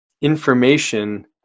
information